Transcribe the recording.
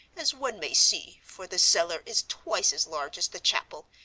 as one may see, for the cellar is twice as large as the chapel,